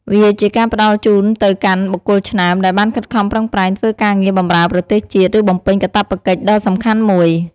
វាជាការផ្ដល់ជូនទៅកាន់បុគ្គលឆ្នើមដែលបានខិតខំប្រឹងប្រែងធ្វើការងារបម្រើប្រទេសជាតិ ឬបំពេញកាតព្វកិច្ចដ៏សំខាន់មួយ។